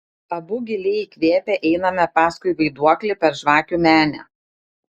abu giliai įkvėpę einame paskui vaiduoklį per žvakių menę